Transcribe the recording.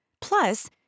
Plus